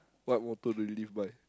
what motto do you live by